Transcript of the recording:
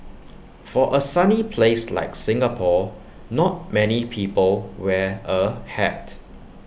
for A sunny place like Singapore not many people wear A hat